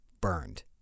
burned